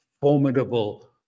formidable